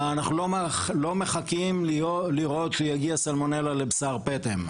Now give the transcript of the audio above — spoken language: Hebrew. אנחנו לא מחכים לראות שיגיעו סלמונלה לבשר פטם.